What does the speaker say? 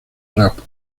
rap